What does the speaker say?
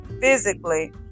physically